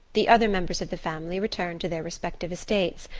the other members of the family returned to their respective estates,